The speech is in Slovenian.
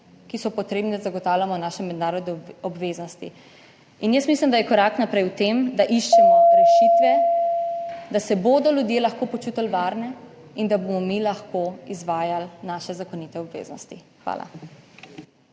ki so potrebni, da zagotavljamo naše mednarodne obveznosti. In jaz mislim, da je korak naprej v tem, da iščemo rešitve, da se bodo ljudje lahko počutili varne in da bomo mi lahko izvajali naše zakonite obveznosti. Hvala.